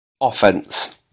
offense